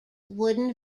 wooden